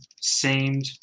Seemed